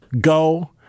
go